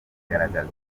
igaragaza